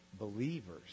believers